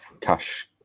Cash